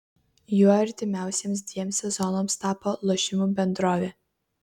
juo artimiausiems dviems sezonams tapo lošimų bendrovė